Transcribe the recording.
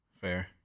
Fair